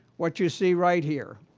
what you see right here.